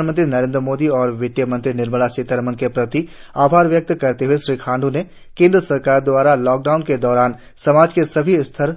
प्रधानमंत्री नरेंद्र मोदी और वित्त मंत्री निर्मला सीतारमण के प्रति आभार व्यक्त करते हए श्री खांड्र ने केंद्र सरकार द्वारा लॉकडाउन के दौरान समाज के सभी स्तरों